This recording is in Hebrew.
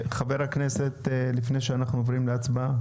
חבר הכנסת לפני שאנחנו עוברים להצבעה,